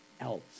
else